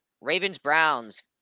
Ravens-Browns